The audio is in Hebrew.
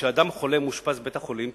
כשאדם חולה ומאושפז בבית-חולים,